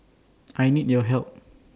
I need your help